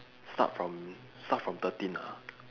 start from start from thirteen ah